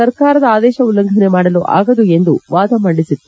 ಸರಕಾರದ ಆದೇಶ ಉಲ್ಲಂಘನೆ ಮಾಡಲು ಆಗದು ಎಂದು ವಾದ ಮಂಡಿಸಿತ್ತು